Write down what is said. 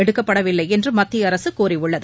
எடுக்கப்படவில்லை என்று மத்திய அரசு கூறியுள்ளது